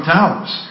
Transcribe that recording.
Towers